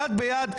יד ביד,